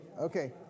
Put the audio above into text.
Okay